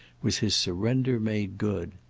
was his surrender made good.